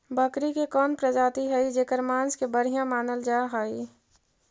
बकरी के कौन प्रजाति हई जेकर मांस के बढ़िया मानल जा हई?